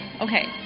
Okay